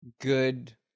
Good